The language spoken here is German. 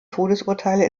todesurteile